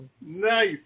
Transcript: nice